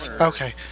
Okay